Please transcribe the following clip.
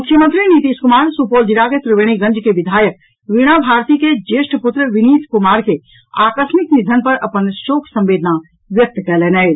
मुख्यमंत्री नीतीश कुमार सुपौल जिलाक त्रिवेणीगंज के विधायक वीणा भारती के ज्येष्ठ पुत्र विनीत कुमार के आकरिमक निधन पर अपन शोक संवेदना व्यक्त कयलनि अछि